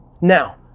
now